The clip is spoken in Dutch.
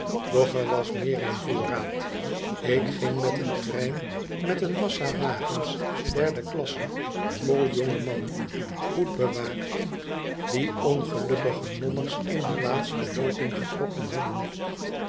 doch er was meer in voorraad ik ging met een trein met een massa wagens derde klasse vol jonge mannen goed bewaakt die ongelukkige nommers in de laatste loting getrokken hadden